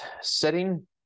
setting